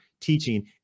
teaching